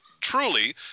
truly